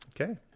Okay